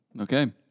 Okay